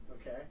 okay